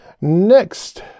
Next